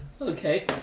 Okay